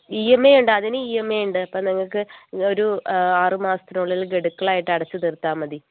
E M I ഉണ്ട് അതിന് E M I ഉണ്ട് അപ്പോൾ നിങ്ങൾക്ക് ഒരു ആറ് മാസത്തിനുള്ളിൽ ഗഡുക്കളായിട്ട് അടച്ച് തീർത്താൽ മതി